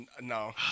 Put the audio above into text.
No